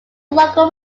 local